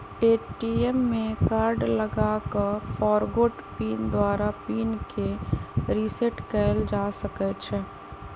ATM में card लगा कऽ फ़ॉरगोट पिन द्वारा पिन के रिसेट कएल जा सकै छै